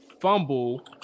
fumble